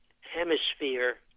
hemisphere